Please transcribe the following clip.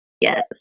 Yes